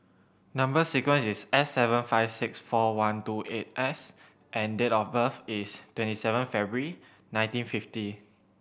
number sequence is S seven five six four one two eight S and date of birth is twenty seven February nineteen fifty